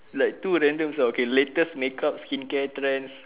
like too random ah okay latest makeup skincare trends